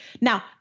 now